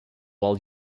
while